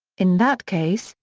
in that case,